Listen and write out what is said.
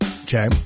Okay